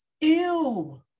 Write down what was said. ew